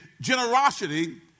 generosity